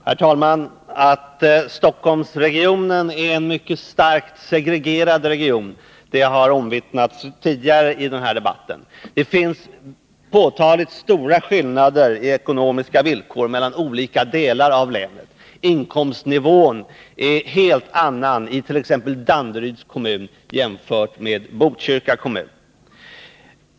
Herr talman! Att Stockholmsregionen är en mycket starkt segregerad region har omvittnats tidigare i den här debatten. Det finns påtagligt stora skillnader i ekonomiska villkor mellan olika delar av länet. Inkomstnivån är en helt annan i t.ex. Danderyds kommun jämfört med Botkyrka kommun.